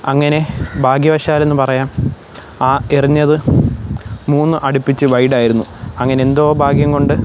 അങ്ങനെ ഭാഗ്യവശാലെന്ന് പറയാം ആ എറിഞ്ഞത് മൂന്ന് അടുപ്പിച്ച് വൈഡ് ആയിരുന്നു അങ്ങനെ എന്തോ ഭാഗ്യം കൊണ്ട്